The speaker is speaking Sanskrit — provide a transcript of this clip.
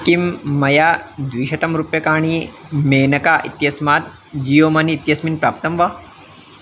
किं मया द्विशतं रूप्यकाणि मेनका इत्यस्याः जीयो मनी इत्यस्मिन् प्राप्तं वा